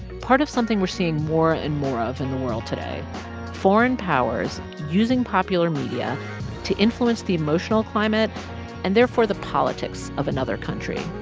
part of something we're seeing more and more of in the world today foreign powers using popular media to influence the emotional climate and therefore the politics of another country.